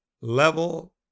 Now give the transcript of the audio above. level